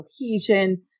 cohesion